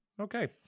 Okay